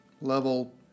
level